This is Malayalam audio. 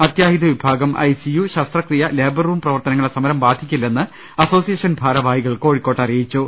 അത്യാഹിത വിഭാഗം ഐ സി യു ശസ്ത്രക്രിയ ലേബർ റൂം പ്രവർത്ത നങ്ങളെ സമരം ബാധിക്കില്ലെന്ന് അസോസിയേഷൻ ഭാരവാഹികൾ കോഴി ക്കോട്ട് അറിയിച്ചു